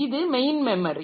இது main memory